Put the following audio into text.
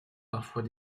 parfois